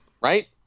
Right